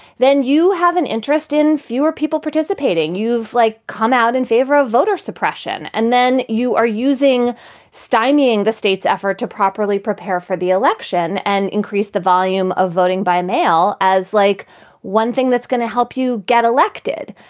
then you have an interest in fewer people participating. you've, like, come out in favor of voter suppression. and then you are using stymying the state's effort to properly prepare for the election and increase the volume of voting by mail as like one thing that's going to help you get elected.